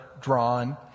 drawn